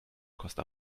costa